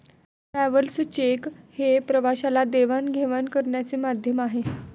travellers cheque हे प्रवाशाला देवाणघेवाण करण्याचे माध्यम आहे